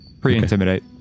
pre-intimidate